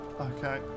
Okay